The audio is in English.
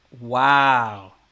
Wow